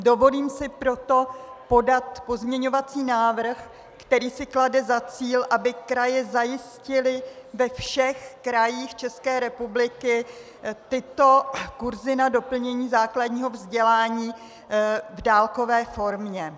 Dovolím si proto podat pozměňovací návrh, který si klade za cíl, aby kraje zajistily ve všech krajích České republiky tyto kurzy na doplnění základního vzdělání v dálkové formě.